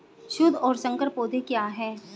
शुद्ध और संकर पौधे क्या हैं?